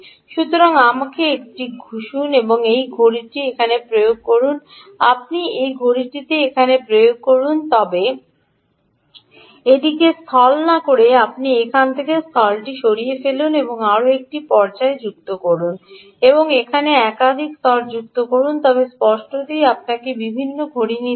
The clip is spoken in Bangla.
সুতরাং আমাকে এটি ঘষুন এবং এই ঘড়িটি এখানে প্রয়োগ করুন আপনি এই ঘড়িটি এখানে প্রয়োগ করুন তবে এটিকে স্থল না করে আপনি এখান থেকে স্থলটি সরিয়ে ফেলুন এবং আরও একটি পর্যায় যুক্ত করুন এবং এখানে একাধিক স্তর যুক্ত করুন তবে স্পষ্টতই আপনাকে বিভিন্ন ঘড়ি নিতে হবে